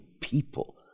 people